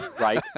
right